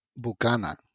Bucana